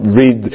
read